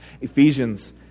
Ephesians